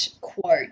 quote